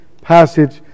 passage